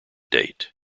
date